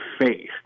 faith